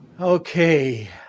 Okay